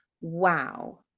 wow